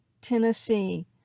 Tennessee